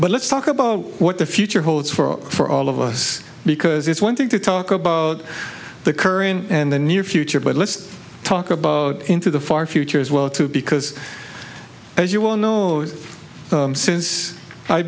but let's talk about what the future holds for all of us because it's one thing to talk about the current and the near future but let's talk about into the far future as well because as you well know since i've